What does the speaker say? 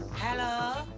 hello,